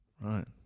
Right